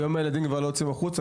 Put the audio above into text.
היום הילדים כבר לא יוצאים החוצה.